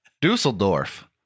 Dusseldorf